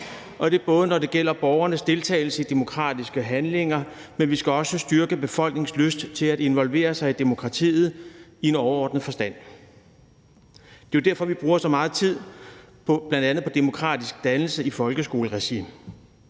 og det er, både når det gælder borgernes deltagelse i demokratiske handlinger, og vi skal også styrke befolkningens lyst til at involvere sig i demokratiet i en overordnet forstand – det er jo derfor, vi bruger så meget tid på bl.a. demokratisk dannelse i folkeskoleregi